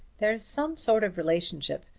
there's some sort of relationship.